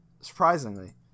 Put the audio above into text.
Surprisingly